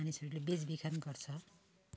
मानिसहरूले बेचबिखन गर्छ